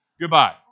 Goodbye